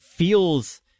feels